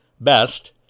best